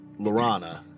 Lorana